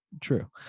true